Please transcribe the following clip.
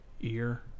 ear